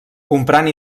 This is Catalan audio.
comprant